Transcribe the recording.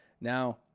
Now